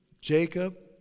Jacob